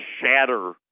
shatter